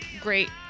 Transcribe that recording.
great